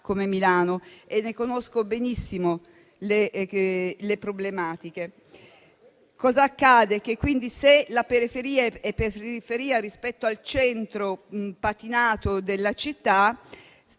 come Milano e ne conosco benissimo le problematiche. Se la periferia è periferia rispetto al centro patinato della città,